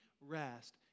rest